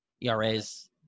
ERAs